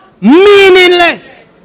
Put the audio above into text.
meaningless